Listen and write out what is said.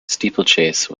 steeplechase